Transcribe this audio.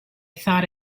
thought